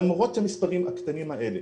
למרות המספרים הקטנים האלה,